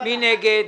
מי נגד?